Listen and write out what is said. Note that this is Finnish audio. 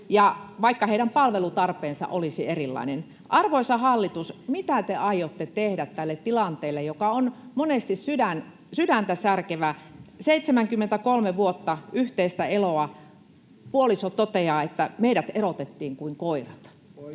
vaikka heidän palvelutarpeensa olisi erilainen. Arvoisa hallitus, mitä te aiotte tehdä tälle tilanteelle, joka on monesti sydäntäsärkevä? 73 vuotta yhteistä eloa — puoliso toteaa, että meidät erotettiin kuin koirat.